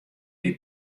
wie